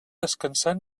descansar